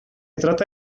trata